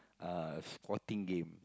uh squatting game